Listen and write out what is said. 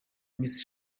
miss